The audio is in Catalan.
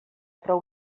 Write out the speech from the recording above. prou